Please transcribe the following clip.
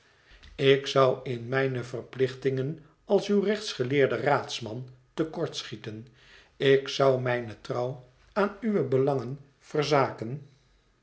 ik zou in mijne verplichtingen als uw rechtsgeleerden raadsman te kort schieten ik zou mijne trouw aan uwe belangen verzaken